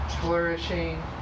flourishing